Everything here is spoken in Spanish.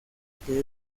que